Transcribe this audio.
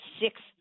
six